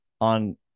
on